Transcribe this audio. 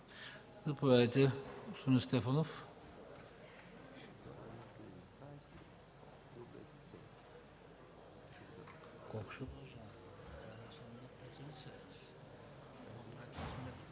Заповядайте, господин Стефанов.